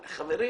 אבל חברים,